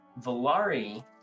Valari